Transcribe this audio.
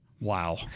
Wow